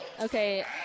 Okay